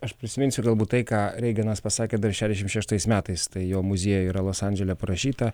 aš prisiminsiu galbūt tai ką reiganas pasakė dar šešiasdešimt šeštais metais tai jo muziejuje yra los andželio parašyta